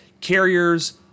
carriers